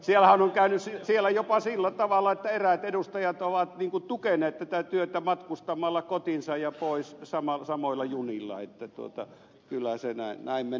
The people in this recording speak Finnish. siellähän on käynyt jopa sillä tavalla että eräät edustajat ovat tukeneet tätä työtä matkustamalla kotiinsa ja pois samoilla junilla kyllä se näin menee